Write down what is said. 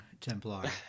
Templar